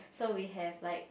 so we have like